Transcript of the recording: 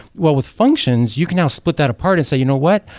well with functions, you can now split that apart and say, you know what?